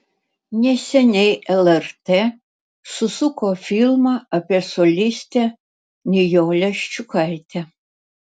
neseniai lrt susuko filmą apie solistę nijolę ščiukaitę